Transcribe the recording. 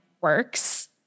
works